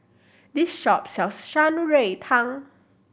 this shop sells Shan Rui Tang